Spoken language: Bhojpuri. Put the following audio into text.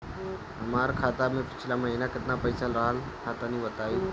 हमार खाता मे पिछला महीना केतना पईसा रहल ह तनि बताईं?